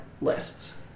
lists